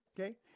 okay